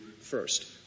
first